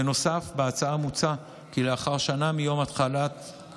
בנוסף, בהצעה מוצע כי לאחר שנה מיום התחילה,